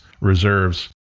reserves